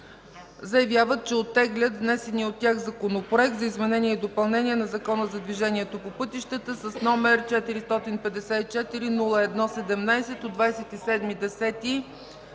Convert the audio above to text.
заявяват, че оттеглят внесения от тях Законопроект за изменение и допълнение на Закона за движението по пътищата, № 454-01-17 от 27